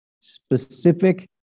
specific